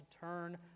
turn